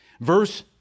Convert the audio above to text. Verse